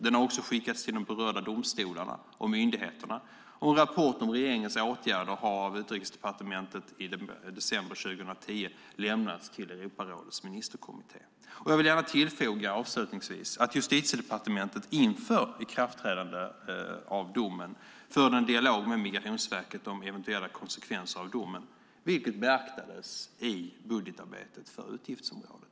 Den har också skickats till de berörda domstolarna och myndigheterna. En rapport om regeringens åtgärder har av Utrikesdepartementet lämnats till Europarådets ministerkommitté i december 2010. Avslutningsvis vill jag tillägga att Justitiedepartementet inför ikraftträdandet av domen förde en dialog med Migrationsverket om eventuella konsekvenser av domen, vilket beaktades i budgetarbetet för utgiftsområdet.